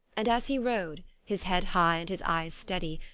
and as he rode, his head high and his eyes steady,